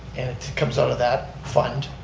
and it comes out of that fund,